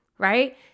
Right